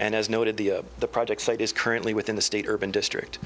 and as noted the project site is currently within the state urban district